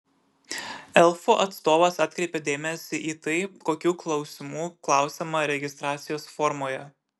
elfų atstovas atkreipė dėmesį į tai kokių klausimų klausiama registracijos formoje